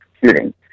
computing